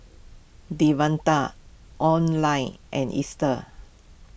Devontae Oline and Easter